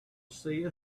see